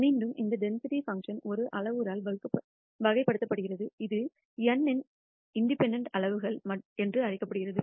மீண்டும் இந்த density function ஒரு அளவுருவால் வகைப்படுத்தப்படுகிறது இது n இன் சுதந்திரத்தின் அளவுகள் என்று அழைக்கப்படுகிறது